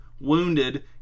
wounded